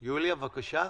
יוליה, בבקשה.